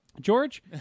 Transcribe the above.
George